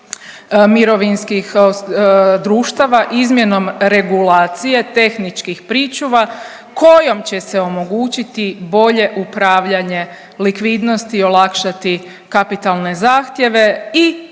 mirovinskih društava izmjenom regulacije tehničkih pričuva kojom će se omogućiti bolje upravljanje likvidnosti i olakšati kapitalne zahtjeve i